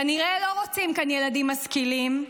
כנראה לא רוצים כאן ילדים משכילים.